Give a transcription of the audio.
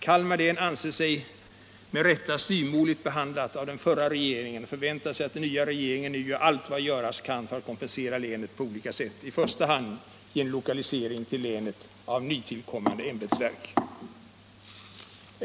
Kalmar län anser sig med rätta styvmoderligt behandlat av den förra regeringen och förväntar sig att den nya regeringen nu gör allt vad göras kan för att kompensera länet på olika sätt, i första hand genom lokalisering till länet av nytillkommande ämbetsverk.